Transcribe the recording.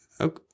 okay